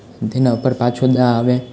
તેના પર પાછો દાવ આવે